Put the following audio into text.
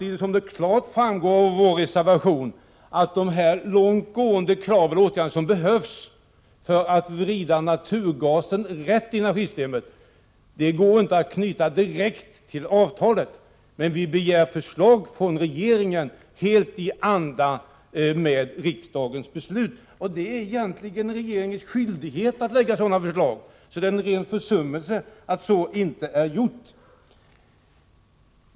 Det framgår klart av vår reservation att de långtgående kraven på åtgärder som behövs för att ge naturgasen sin rätta plats i energisystemet inte går att knyta direkt till avtalet. Vi begär förslag från regeringen helt i anda med riksdagens beslut. Det är egentligen regeringens skyldighet att lägga fram sådana förslag. Det är alltså en ren försummelse att så inte har skett.